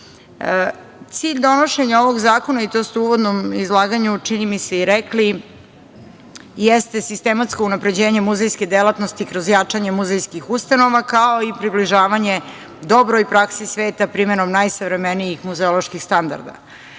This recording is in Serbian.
biti. Cilj donošenja ovog zakona, i to ste u uvodnom izlaganju, čini mi se, i rekli, jeste sistematsko unapređenje muzejske delatnosti kroz jačanje muzejskih ustanova, kao i približavanje dobroj praksi sveta primenom najsavremenijih muzeoloških standarda. Ozbiljni